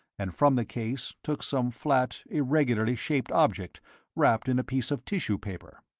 and from the case took some flat, irregularly shaped object wrapped in a piece of tissue paper.